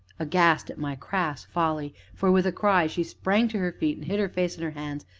aghast at my crass folly, for, with a cry, she sprang to her feet, and hid her face in her hands,